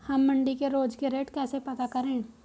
हम मंडी के रोज के रेट कैसे पता करें?